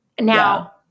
Now